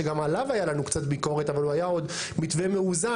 שגם עליו היה לנו קצת ביקורת אבל הוא היה עוד מתווה מאוזן,